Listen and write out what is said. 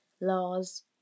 laws